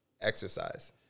exercise